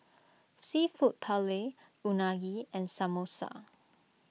Seafood Paella Unagi and Samosa